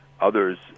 others